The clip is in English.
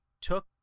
took